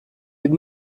від